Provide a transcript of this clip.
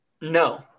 No